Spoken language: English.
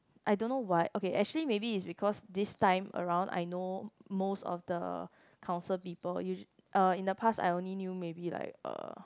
I don't know what okay actually maybe is because this time around I know most of the council people usu~ uh in the past I only knew maybe like uh